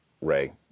Ray